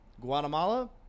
Guatemala